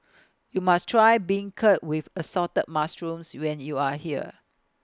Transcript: YOU must Try Beancurd with Assorted Mushrooms when YOU Are here